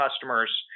customers